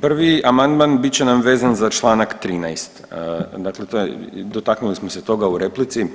Prvi amandman bit će nam vezan za čl. 13., dakle to je, dotaknuli smo se toga u replici,